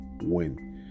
win